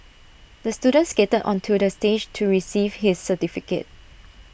the student skated onto the stage to receive his certificate